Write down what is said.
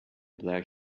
black